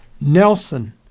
nelson